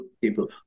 people